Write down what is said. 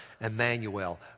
Emmanuel